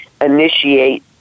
initiate